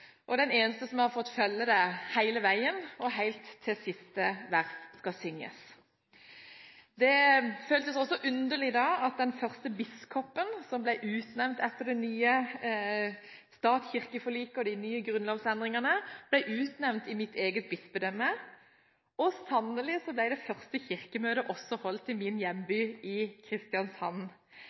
og er den eneste som har fått følge det hele veien – helt til siste vers skal synges. Det føltes også underlig da at den første biskopen som ble utnevnt etter det nye statskirkeforliket og de nye grunnlovsendringene, ble utnevnt i mitt eget bispedømme. Og sannelig ble det første Kirkemøtet holdt i min hjemby Kristiansand.